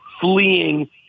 fleeing